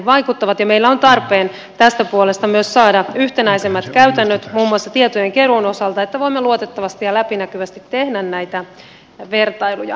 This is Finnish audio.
ja meillä on tarpeen tästä puolesta myös saada yhtenäisemmät käytännöt muun muassa tietojenkeruun osalta että voimme luotettavasti ja läpinäkyvästi tehdä näitä vertailuja